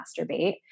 masturbate